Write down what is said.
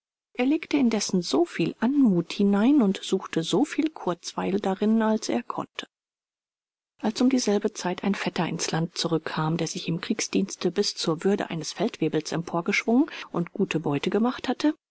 er legte indessen so viel anmut hinein und suchte so viel kurzweil darin als er konnte als um dieselbe zeit ein vetter ins land zurückkam der sich im kriegsdienste bis zur würde eines feldwebels emporgeschwungen und gute beute gemacht hatte